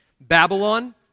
Babylon